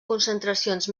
concentracions